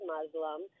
Muslim